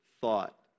thought